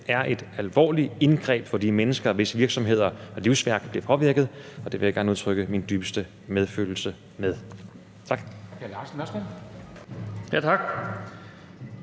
er et alvorligt indgreb for de mennesker, hvis virksomhed og livsværk det har påvirket. Det vil jeg gerne udtrykke min dybeste medfølelse med. Tak.